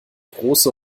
große